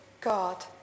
God